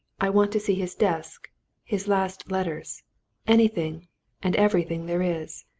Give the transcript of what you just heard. i want to see his desk his last letters anything and everything there is.